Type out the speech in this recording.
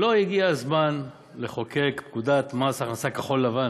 לא הגיע הזמן לחוקק פקודת מס הכנסה כחול-לבן?